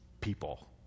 people